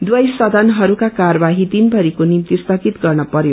दुवै सदनहरूका कार्यवाही दिनभरिको निभित स्थगित गर्न परयो